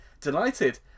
Delighted